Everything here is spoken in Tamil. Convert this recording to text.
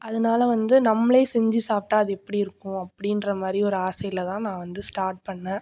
அதனால வந்து நம்மளே செஞ்சு சாப்பிட்டா அது எப்படி இருக்கும் அப்படின்ற மாதிரி ஒரு ஆசையில்தான் நான் வந்து ஸ்டார்ட் பண்ணேன்